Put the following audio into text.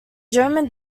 german